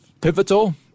pivotal